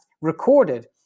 recorded